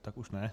Tak už ne.